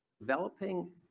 Developing